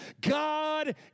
God